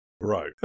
Right